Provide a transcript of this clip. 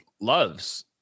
loves